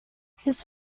his